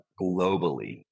globally